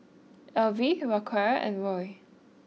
Elvie Racquel and Roy